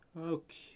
Okay